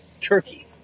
Turkey